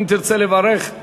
אם תרצה לברך,